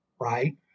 right